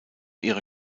ihrer